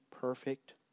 perfect